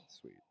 Sweet